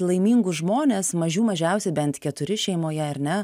laimingus žmones mažių mažiausiai bent keturi šeimoje ar ne